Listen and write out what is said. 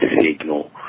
signal